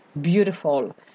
Beautiful